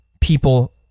people